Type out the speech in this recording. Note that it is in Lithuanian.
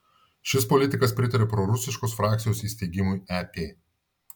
šis politikas pritaria prorusiškos frakcijos įsteigimui ep